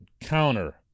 counter